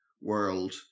world